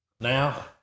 Now